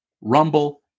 Rumble